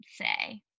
say